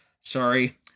Sorry